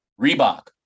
Reebok